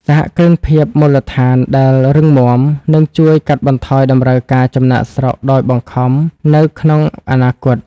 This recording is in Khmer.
សហគ្រិនភាពមូលដ្ឋានដែលរឹងមាំ នឹងជួយកាត់បន្ថយតម្រូវការចំណាកស្រុកដោយបង្ខំនៅក្នុងអនាគត។